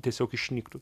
tiesiog išnyktų